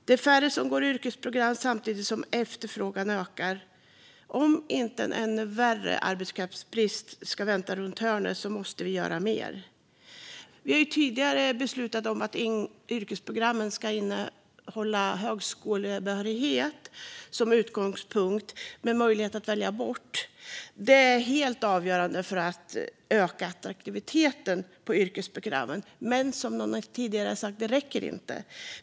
Det är färre som går yrkesprogram samtidigt som efterfrågan ökar. Om inte en ännu värre arbetskraftsbrist ska vänta runt hörnet måste vi göra mer. Vi har tidigare beslutat om att yrkesprogrammen som utgångspunkt ska ge högskolebehörighet med möjlighet att välja bort detta. Det är helt avgörande för att öka attraktiviteten på yrkesprogrammen. Men, som någon tidigare sa, det räcker inte.